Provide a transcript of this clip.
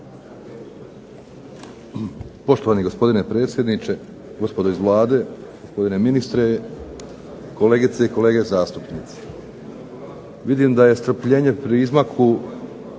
Poštovani gospodine predsjedniče, gospodo iz Vlade, gospodine ministre, kolegice i kolege zastupnici. Vidim da je strpljenje pri izmaku